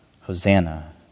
Hosanna